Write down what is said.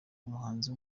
umuhanzi